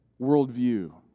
worldview